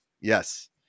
Yes